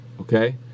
okay